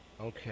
Okay